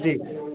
जी